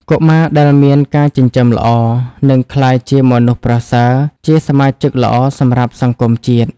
កុមារដែលមានការចិញ្ចឹមល្អ នឹងក្លាយជាមនុស្សប្រសើរ ជាសមាជិកល្អសម្រាប់សង្គមជាតិ។